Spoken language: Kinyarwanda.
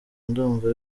ndumva